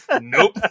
nope